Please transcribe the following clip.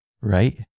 right